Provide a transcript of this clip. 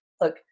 look